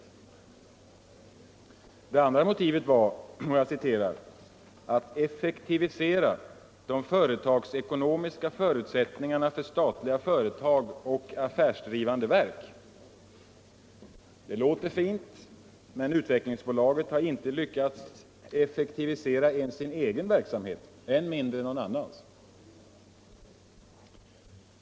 Det andra motivet var att ”effektivisera de företagsekonomiska förutsättningarna för statliga företag och affärsdrivande verk”. Det låter också fint men Utvecklingsbolaget har inte lyckats effektivisera ens sin egen verksamhet, än mindre någon annans.